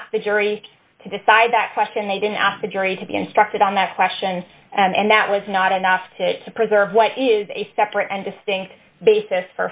ask the jury to decide that question they didn't ask the jury to be instructed on that question and that was not enough to preserve what is a separate and distinct basis